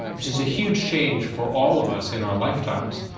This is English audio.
which is a huge change for all of us in our lifetimes.